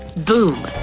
boom!